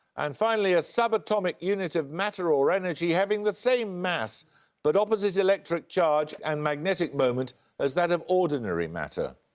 and finally, a subatomic unit of matter or energy having the same mass but opposite electric charge and magnetic moment as that of ordinary matter.